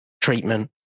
treatment